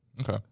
Okay